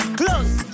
close